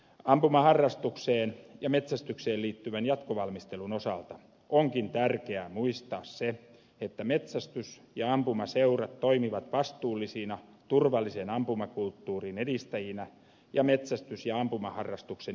ampumaharrastukseen ja metsästykseen liittyvän jatkovalmistelun osalta onkin tärkeää muistaa se että metsästys ja ampumaseurat toimivat vastuullisina turvallisen ampumakulttuurin edistäjinä ja metsästys ja ampumaharrastuksen jatkuvuuden turvaajina